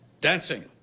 Dancing